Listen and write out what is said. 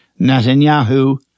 Netanyahu